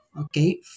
okay